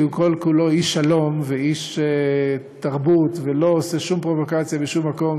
שהוא כל-כולו איש שלום ואיש תרבות ולא עושה שום פרובוקציה בשום מקום,